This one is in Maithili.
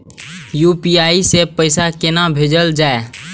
यू.पी.आई सै पैसा कोना भैजल जाय?